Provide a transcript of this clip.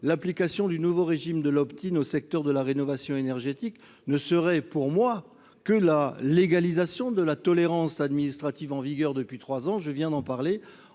L'application du nouveau régime de l'optin au secteur de la rénovation énergétique ne serait pour moi que la légalisation de la tolérance administrative en vigueur depuis trois ans. Je viens d'en parler.